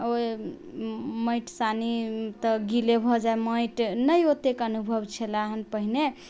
माटि सानी तऽ गीले भऽ जाइ माटि नहि ओतेक अनुभव छलाहन पहिले